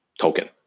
token